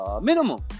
minimum